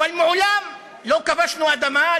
אבל מעולם לא כבשנו אדמה,